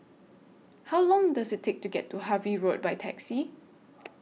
How Long Does IT Take to get to Harvey Road By Taxi